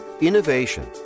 innovation